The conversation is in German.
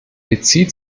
bezieht